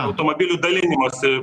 automobilių dalinimosi